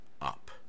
up